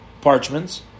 parchments